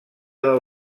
del